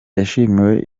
yashimiwe